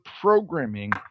programming